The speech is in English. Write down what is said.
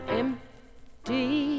empty